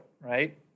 right